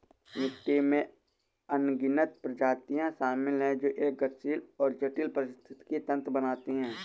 मिट्टी में अनगिनत प्रजातियां शामिल हैं जो एक गतिशील और जटिल पारिस्थितिकी तंत्र बनाती हैं